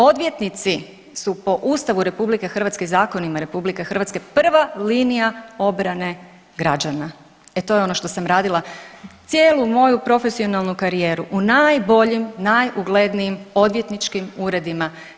Odvjetnici su po Ustavu RH i zakonima RH prva linija obrane građana, e to je ono što sam radila cijelu moju profesionalnu karijeru u najboljim, najuglednijim odvjetničkim uredima.